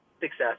success